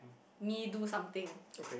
me do something